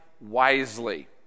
wisely